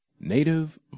Native